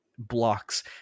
blocks